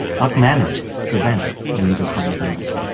not manage, prevent a major chronic illness.